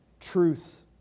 Truth